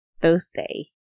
Thursday